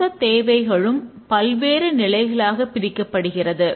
மொத்த தேவைகளும் பல்வேறு நிலைக்காக பிரிக்கப்படுகிறது